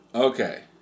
Okay